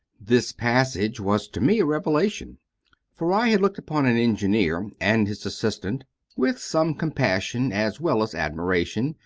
this passage was to me a revelation for i had looked upon an engineer and his assistant with some compassion as well as admiration,